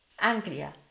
Anglia